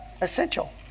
essential